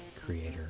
creator